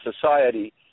society